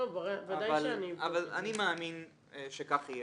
אבל אני מאמין שכך יהיה.